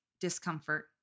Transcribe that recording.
discomfort